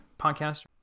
podcast